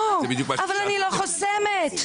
לא, אני לא חוסמת.